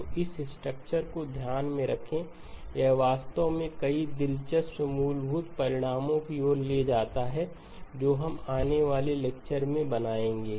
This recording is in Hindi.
तो इस स्ट्रक्चर को ध्यान में रखें यह वास्तव में कई दिलचस्प मूलभूत परिणामों की ओर ले जाता है जो हम आने वाले लेक्चर में बनाएंगे